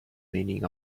meaning